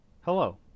Hello